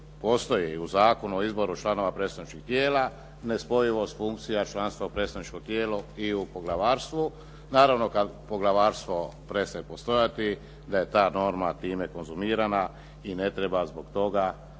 u Zakonu o izboru članova predstavničkih tijela nespojivost funkcija članstva u predstavničkom tijelu i u poglavarstvu. Naravno kad poglavarstvo prestaje postojati da je ta norma time konzumirana i ne treba zbog toga,